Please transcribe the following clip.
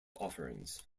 offerings